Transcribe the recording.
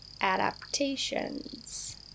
adaptations